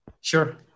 Sure